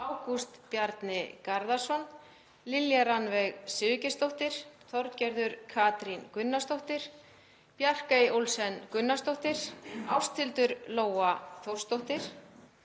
Ágúst Bjarni Garðarsson, Lilja Rannveig Sigurgeirsdóttir, Þorgerður K. Gunnarsdóttir, Bjarkey Olsen Gunnarsdóttir, Ásthildur Lóa Þórsdóttir,